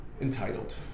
entitled